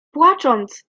płacząc